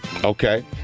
Okay